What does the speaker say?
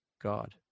God